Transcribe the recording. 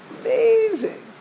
amazing